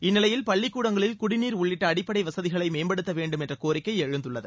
இந்நிலையில் பள்ளிக்கூடங்களில் குடிநீர் உள்ளிட்ட அடிப்படை வசதிகளை மேம்படுத்த வேண்டும் என்ற கோரிக்கை எழுந்துள்ளது